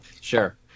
Sure